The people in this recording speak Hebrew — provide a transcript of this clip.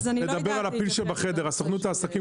צריך לדבר על הפיל שבחדר: לסוכנות לעסקים